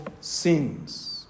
sins